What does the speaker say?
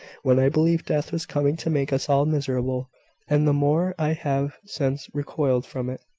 when i believed death was coming to make us all miserable and the more i have since recoiled from it,